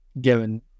given